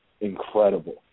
incredible